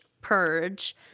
Purge